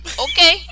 Okay